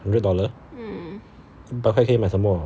hundred dollar but 会可以买什么